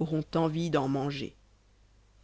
auront envie d'en manger